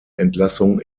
entlassung